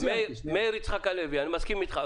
מאיר יצחק הלוי, אני מסכים איתך.